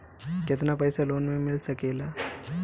केतना पाइसा लोन में मिल सकेला?